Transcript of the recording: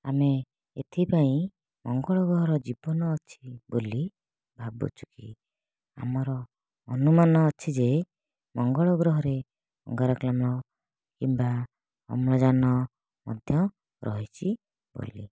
ଆମେ ଏଥିପାଇଁ ମଙ୍ଗଳ ଗ୍ରହର ଜୀବନ ଅଛି ବୋଲି ଭାବୁଛୁ କି ଆମର ଅନୁମାନ ଅଛି ଯେ ମଙ୍ଗଳ ଗ୍ରହରେ ଅଙ୍ଗାରକାମ୍ଳ କିମ୍ବା ଅମ୍ଳଜାନ ମଧ୍ୟ ରହିଛି ବୋଲି